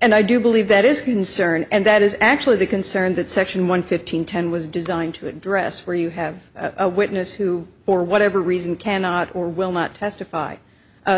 and i do believe that is concern and that is actually the concern that section one fifteen ten was designed to address where you have a witness who for whatever reason cannot or will not testify